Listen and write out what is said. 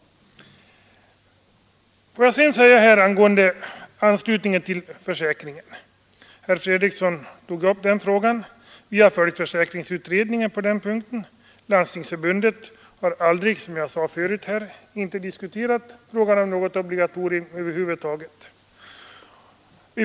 Jag vill vidare beträffande anslutningen till försäkringen, som togs upp av herr Fredriksson i anslutning till försäkringsutredningen, säga, att Landstingsförbundet aldrig, som jag sade förut, har diskuterat frågan om något obligatorium.